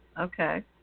okay